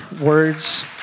words